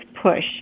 push